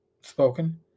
spoken